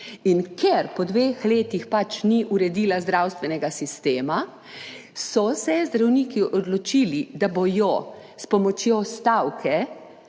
In ker po dveh letih pač ni uredila zdravstvenega sistema, so se zdravniki odločili, da bodo s pomočjo stavke